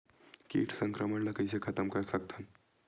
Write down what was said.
कीट संक्रमण ला कइसे खतम कर सकथन?